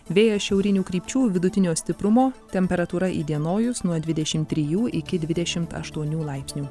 vėjas šiaurinių krypčių vidutinio stiprumo temperatūra įdienojus nuo dvidešim trijų iki dvidešim aštuonių laipsnių